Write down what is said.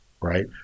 right